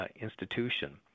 institution